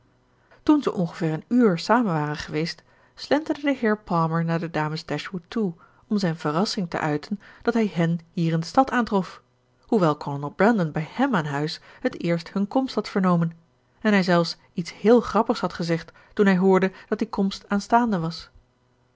toen ze ongeveer een uur samen waren geweest slenterde de heer palmer naar de dames dashwood toe om zijn verrassing te uiten dat hij hen hier in de stad aantrof hoewel kolonel brandon bij hem aan huis het eerst hun komst had vernomen en hij zelfs iets héél grappigs had gezegd toen hij hoorde dat die komst aanstaande was